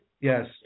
Yes